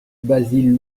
basile